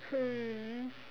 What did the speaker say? hmm